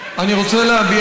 אני רוצה להביע